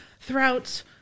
throughout